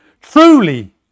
Truly